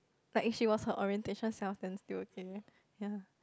like if she was her orientation self then still okay ya